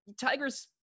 Tiger's